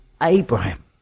Abraham